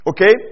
Okay